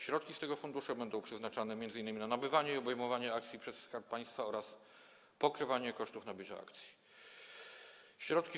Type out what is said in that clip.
Środki z tego funduszu będą przeznaczane m.in. na nabywanie i obejmowanie akcji przez Skarb Państwa oraz pokrywanie kosztów nabycia akcji.